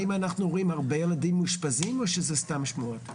האם אנחנו רואים הרבה ילדים מאושפזים או שזה סתם שמועות כאילו?